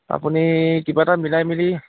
আপুনি কিবা এটা মিলাই মিলি